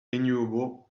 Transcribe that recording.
renewable